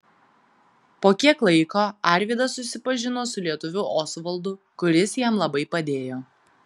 po kiek laiko arvydas susipažino su lietuviu osvaldu kuris jam labai padėjo